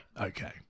Okay